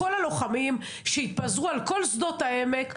כל הלוחמים שהתפזרו על כל שדות העמק,